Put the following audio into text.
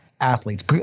athletes